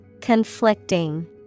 Conflicting